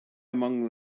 among